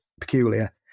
peculiar